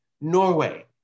Norway